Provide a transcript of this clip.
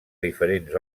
diferents